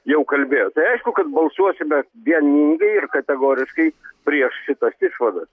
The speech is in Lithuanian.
jau kalbėjo tai aišku kad balsuosime vieningai ir kategoriškai prieš šitas išvadas